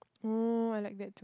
oh I like that too